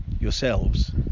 yourselves